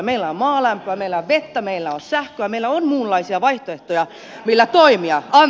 meillä on maalämpöä meillä on vettä meillä on sähköä meillä on muunlaisia vaihtoehtoja millä toimia